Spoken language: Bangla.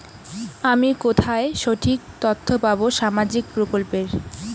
আমি কোথায় সঠিক তথ্য পাবো সামাজিক প্রকল্পের?